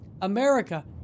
America